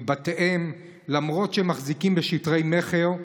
מבתיהם, למרות שהם מחזיקים בשטרי מכר.